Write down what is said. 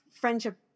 friendship